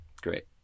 Great